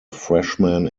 freshman